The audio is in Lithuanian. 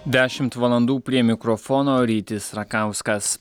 dešimt valandų prie mikrofono rytis rakauskas